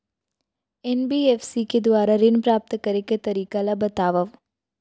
NBFC के दुवारा ऋण प्राप्त करे के तरीका ल बतावव?